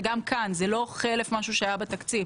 וגם כאן זה לא חלף מה שהיה בתקציב,